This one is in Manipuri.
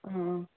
ꯑꯥ